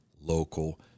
local